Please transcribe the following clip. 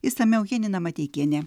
išsamiau janina mateikienė